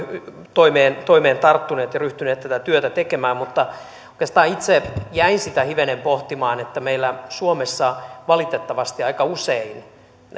toimeen toimeen tarttuneet ja ryhtyneet tätä työtä tekemään mutta oikeastaan itse jäin sitä hivenen pohtimaan että meillä suomessa valitettavasti aika usein